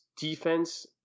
defense